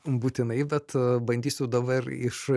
būtinai bet bandysiu dabar iš